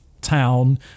town